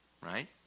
right